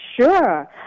Sure